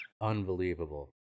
unbelievable